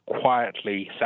quietly